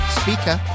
speaker